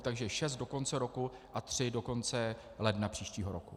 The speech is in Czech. Takže šest do konce roku a tři do konce ledna příštího roku.